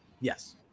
Yes